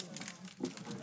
הישיבה